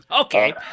Okay